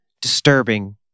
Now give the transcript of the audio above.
disturbing